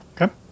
Okay